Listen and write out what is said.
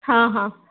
हां हां